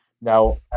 now